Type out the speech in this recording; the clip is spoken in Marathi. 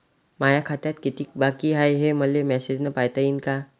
माया खात्यात कितीक बाकी हाय, हे मले मेसेजन पायता येईन का?